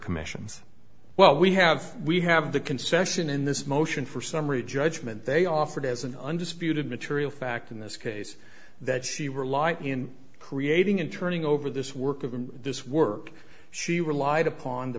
commissions well we have we have the concession in this motion for summary judgment they offered as an undisputed material fact in this case that she were lying in creating and turning over this work of this work she relied upon the